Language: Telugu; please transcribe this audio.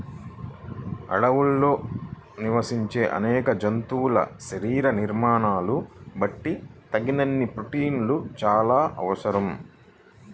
అడవుల్లో నివసించే అనేక జంతువుల శరీర నిర్మాణాలను బట్టి తగినన్ని ప్రోటీన్లు చాలా అవసరం